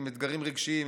עם אתגרים רגשיים,